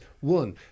one